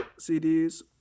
CDs